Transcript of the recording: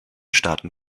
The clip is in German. staaten